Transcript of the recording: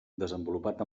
desenvolupat